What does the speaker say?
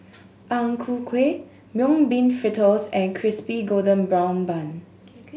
Ang Ku Kueh Mung Bean Fritters and Crispy Golden Brown Bun